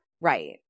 right